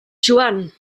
joan